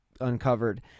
uncovered